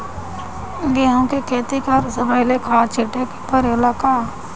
गेहू के खेती करे से पहिले खाद छिटे के परेला का?